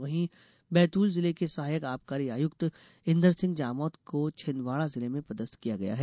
वहीं बैतूल जिले के सहायक आबकारी आयुक्त इन्दरसिंह जामोद को छिन्दवाड़ा जिले में पदस्थ किया गया है